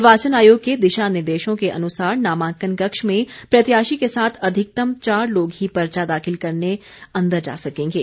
निर्वाचन आयोग के दिशा निर्देशों के अनुसार नामांकन कक्ष में प्रत्याशी के साथ अधिकतम चार लोग ही पर्चा दाखिल करने अंदर जा सकेंगे